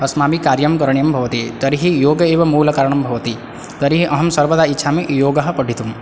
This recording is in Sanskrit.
अस्माभिः कार्यं करणीयं भवति तर्हि योग एव मूलकारणं भवति तर्हि अहं सर्वदा इच्छामि योगः पठितुं